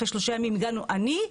אחרי שלושה ימים הגענו אני,